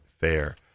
fair